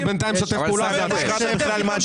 מי שבינתיים משתף פעולה, אלה אתם.